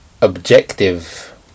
objective